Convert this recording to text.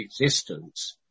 existence